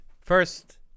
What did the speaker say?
First